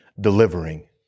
delivering